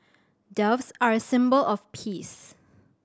doves are a symbol of peace